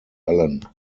allen